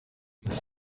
his